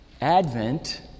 Advent